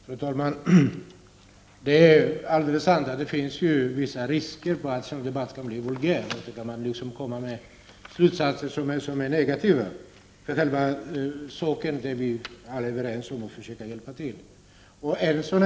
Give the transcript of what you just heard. Fru talman! Det är alldeles sant att det finns viss risk att en sådan här debatt kan bli vulgär och att man kan komma fram till slutsatser som är negativa. Men vi är ju alla överens om att försöka hjälpa till i denna fråga.